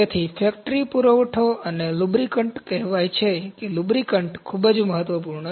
તેથી ફેક્ટરી પુરવઠો અને લુબ્રિકન્ટ કહેવાય છે કે લુબ્રિકન્ટ ખૂબ જ મહત્વપૂર્ણ છે